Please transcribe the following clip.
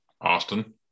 Austin